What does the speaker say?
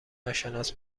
ناشناس